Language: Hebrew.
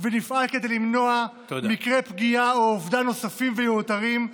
ונפעל כדי למנוע מקרי פגיעה או אובדן נוספים ומיותרים,